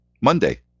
Monday